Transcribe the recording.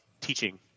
teaching